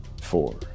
Four